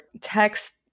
text